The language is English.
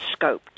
scoped